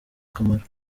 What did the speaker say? kamaro